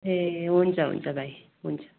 ए हुन्छ हुन्छ भाइ हुन्छ